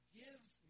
gives